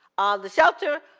the shelter,